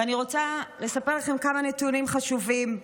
ואני רוצה לספר לכם כמה נתונים חשובים.